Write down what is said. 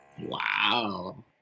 Wow